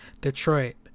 Detroit